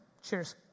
Cheers